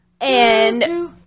and-